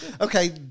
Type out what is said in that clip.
okay